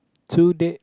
today